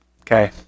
Okay